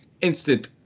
instant